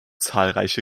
zahlreiche